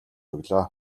өглөө